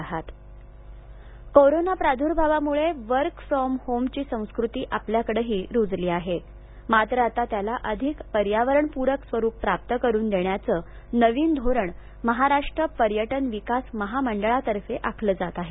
corona work from home corona प्रादुर्भावामुळं work from home ची संस्कृती आपल्याकडंही रुजली आहे मात्र आता त्याला अधिक पर्यावरणपूरक स्वरुप प्राप्त करून देण्याचं नवीन धोरण महाराष्ट्र पर्यटन विकास महामंडळातर्फे आखलं जात आहे